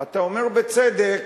אתה אומר, בצדק,